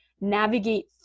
navigate